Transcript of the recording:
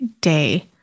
day